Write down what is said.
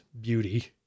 beauty